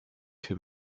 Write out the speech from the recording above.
que